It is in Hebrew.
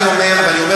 אני אומר כאן,